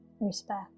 respect